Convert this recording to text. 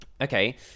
Okay